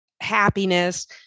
happiness